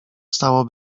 stało